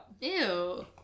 Ew